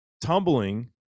tumbling